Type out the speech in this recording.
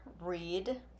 read